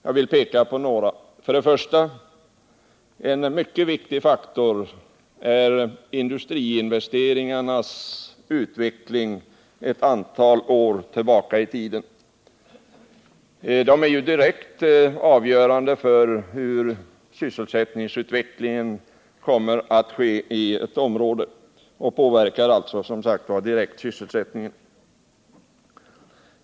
Jag vill peka på några. För det första är en mycket viktig faktor industriinvesteringarnas utveckling ett antal år tillbaka i tiden. Dessa investeringar är ju direkt avgörande för hur sysselsättningen kommer att bli i ett område.